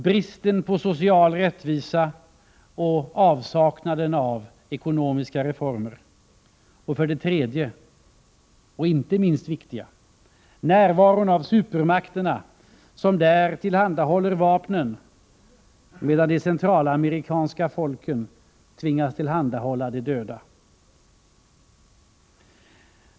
Bristen på social rättvisa och avsaknaden av ekonomiska reformer. 3. Inte minst viktigt: Närvaron av supermakterna, som där tillhandahåller vapnen, medan de centralamerikanska folken tvingas tillhandahålla de döda.